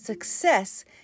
Success